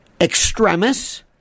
extremis